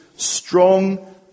strong